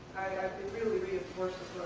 really reinforces